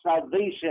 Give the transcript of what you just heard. salvation